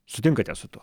sutinkate su tuo